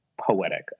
poetic